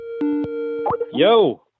Yo